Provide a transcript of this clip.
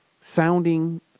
sounding